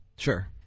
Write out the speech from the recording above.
Sure